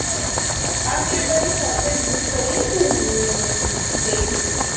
हाँ हाँ आप एक बारी शॉप पर विजिट करिए फ़िर देख लीजिए